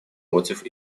против